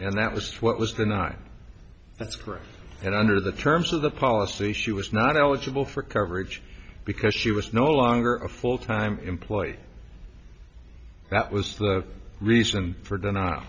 and that was what was the not that's correct and under the terms of the policy she was not eligible for coverage because she was no longer a full time employee that was the reason for